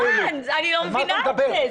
זה לא יאומן, אני לא מבינה את זה.